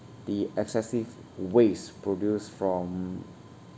the excessive waste produced from